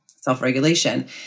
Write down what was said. self-regulation